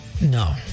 No